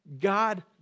God